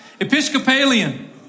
Episcopalian